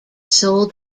sold